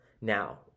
Now